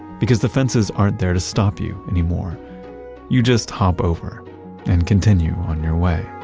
because the fences aren't there to stop you anymore you just hop over and continue on your way